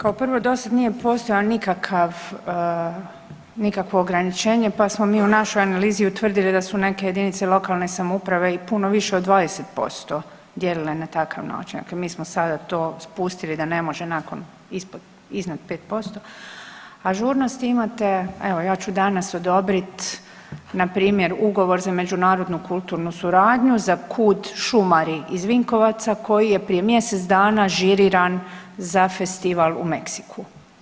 Kao prvo, dosad nije postojao nikakav, nikakvo ograničenje pa smo mi u našoj analizi utvrdili da su neke jedinice lokalne samouprave i puno više od 20% dijelile na takav način, dakle mi smo sada to spustili da ne može nakon ispod, iznad 5%, a žurnosti imate, evo, ja ću danas odobriti npr. ugovor za međunarodnu kulturnu suradnju za KUD Šumari iz Vinkovaca koji je prije mjesec dana žiriran za festival u Meksiku.